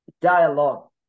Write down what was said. Dialogue